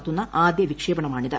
നടത്തുന്ന ആദ്യ വിക്ഷേപണമാണിത്